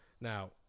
now